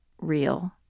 real